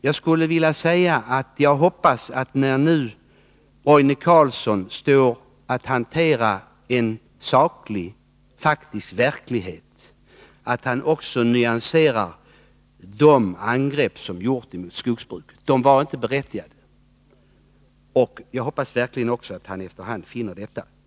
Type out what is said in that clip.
Jag hoppas att Roine Carlsson, när han nu står inför uppgiften att hantera en saklig, faktisk verklighet, också skall nyansera de angrepp som gjorts emot skogsbruket. De var inte berättigade. Jag hoppas att Roine Carlsson efter hand finner att det är så.